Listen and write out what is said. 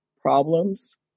problems